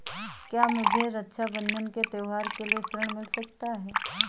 क्या मुझे रक्षाबंधन के त्योहार के लिए ऋण मिल सकता है?